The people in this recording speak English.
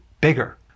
bigger